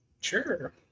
Sure